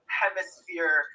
hemisphere